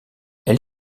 elle